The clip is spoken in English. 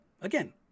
again